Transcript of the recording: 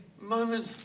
moment